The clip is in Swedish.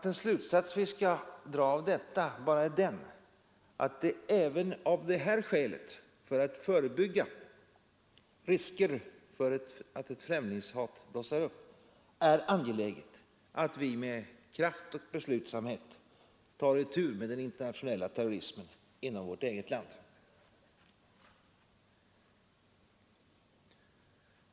Den slutsats vi skall dra av detta är, att för att förebygga risker för att ett främlingshat blossar upp så är det angeläget att vi med kraft och beslutsamhet tar itu med den internationella terrorismen inom vårt eget land.